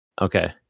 Okay